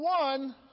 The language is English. one